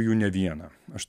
jų ne vieną aš